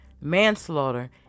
manslaughter